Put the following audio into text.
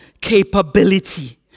capability